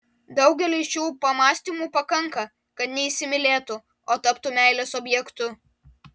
daugeliui šių pamąstymų pakanka kad neįsimylėtų o taptų meilės objektu